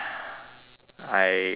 I studied